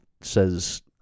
says